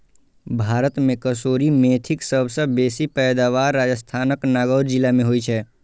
भारत मे कसूरी मेथीक सबसं बेसी पैदावार राजस्थानक नागौर जिला मे होइ छै